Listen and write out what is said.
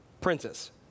princess